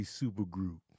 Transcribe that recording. supergroup